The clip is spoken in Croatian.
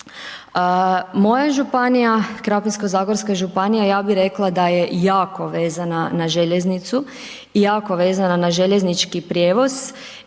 Moja županija, Krapinsko-zagorska županija, ja bi rekla da je jako vezana na željeznicu i jako vezana na željeznički prijevoz